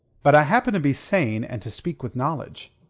but i happen to be sane, and to speak with knowledge.